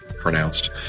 pronounced